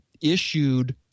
issued